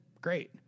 Great